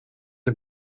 een